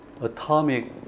atomic